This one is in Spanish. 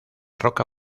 roca